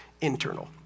internal